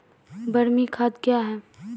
बरमी खाद कया हैं?